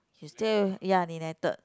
he's still ya neglected